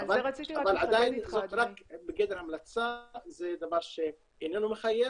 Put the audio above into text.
אבל עדיין זאת רק בגדר המלצה, זה דבר שאיננו מחייב